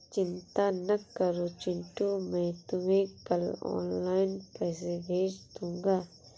चिंता ना करो चिंटू मैं तुम्हें कल ऑनलाइन पैसे भेज दूंगा